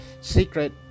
secret